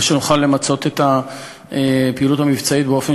ונוכל למצות את הפעילות המבצעית באופן